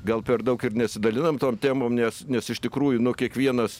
gal per daug ir nesidalinam tom temom nes nes iš tikrųjų nu kiekvienas